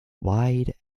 wide